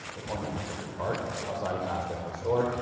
the corners of prichard park, outside of mast general store,